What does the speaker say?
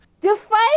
Define